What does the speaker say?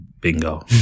Bingo